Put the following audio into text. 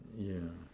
yeah